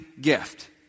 gift